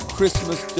Christmas